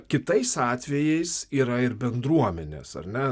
kitais atvejais yra ir bendruomenės ar ne